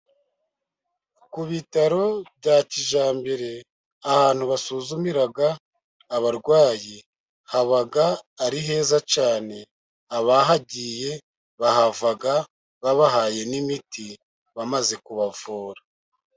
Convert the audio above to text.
Ku bitaro bya kijyambere ahantu basuzumira abarwayi haba ari heza cyane, abahagiye bahava babahaye n'imiti bamaze kubavura.